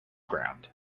ground